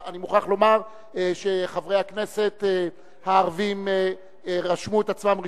אני מוכרח לומר שחברי הכנסת הערבים רשמו את עצמם ראשונים,